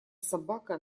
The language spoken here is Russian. собака